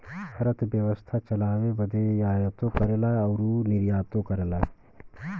अरथबेवसथा चलाए बदे आयातो करला अउर निर्यातो करला